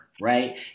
right